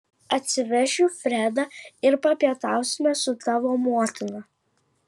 atsivešiu fredą ir papietausime su tavo motina